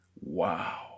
Wow